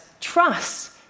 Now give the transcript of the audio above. trust